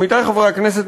עמיתי חברי הכנסת,